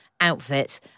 outfit